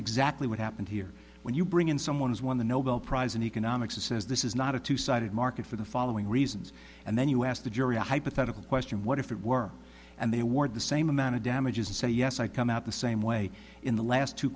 exactly what happened here when you bring in someone who's won the nobel prize in economics it says this is not a two sided market for the following reasons and then you ask the jury a hypothetical question what if it were and they award the same amount of damages and say yes i come out the same way in the last two